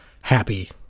happy